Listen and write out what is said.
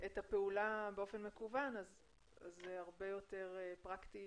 את הפעולה באופן מקוון, זה הרבה יותר פרקטי